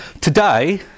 Today